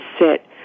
sit